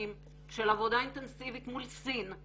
שנים של עבודה אינטנסיבית מול סין,